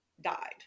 died